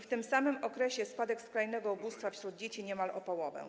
W tym samym okresie nastąpił spadek skrajnego ubóstwa wśród dzieci niemal o połowę.